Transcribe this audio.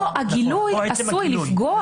פה הגילוי עשוי לפגוע